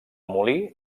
molí